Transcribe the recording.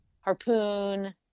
Harpoon